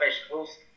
vegetables